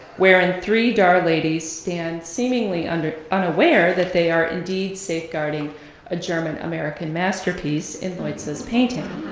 wherein three dar ladies stand seemingly and unaware that they are indeed safeguarding a german-american masterpiece in leutze's painting.